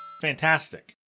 fantastic